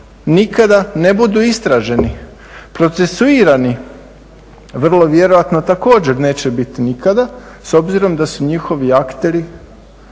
nikada ne budu istraženi procesuirani vrlo vjerojatno također neće biti nikada s obzirom da su njihovi akteri